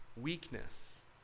Weakness